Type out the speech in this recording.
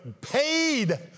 paid